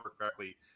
correctly